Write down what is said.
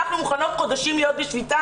אנחנו מוכנות להיות חודשים בשביתה,